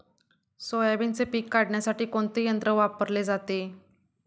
सोयाबीनचे पीक काढण्यासाठी कोणते यंत्र वापरले जाते?